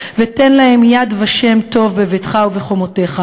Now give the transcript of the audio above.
ותן להן יד ושם טוב בביתך ובחומותיך.